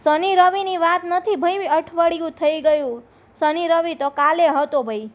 શનિ રવિની વાત નથી ભાઈ અઠવાડિયું થઈ ગયું શનિ રવિ તો કાલે હતો ભાઈ